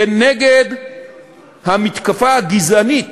כנגד המתקפה הגזענית